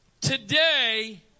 today